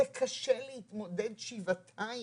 זה קשה להתמודד שבעתיים.